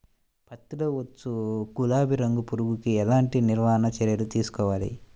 పత్తిలో వచ్చు గులాబీ రంగు పురుగుకి ఎలాంటి నివారణ చర్యలు తీసుకోవాలి?